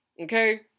Okay